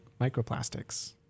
microplastics